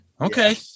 Okay